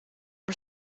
are